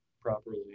properly